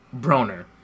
Broner